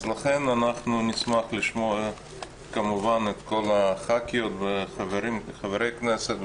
אנחנו נשמח לשמוע כמובן את כל חברות וחברי הכנסת,